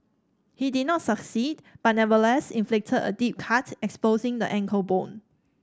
he did not succeed but nevertheless inflicted a deep cut exposing the ankle bone